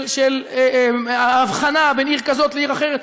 של הבחנה בין עיר כזאת לעיר אחרת.